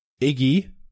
Iggy